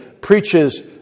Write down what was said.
preaches